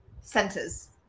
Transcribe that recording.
centers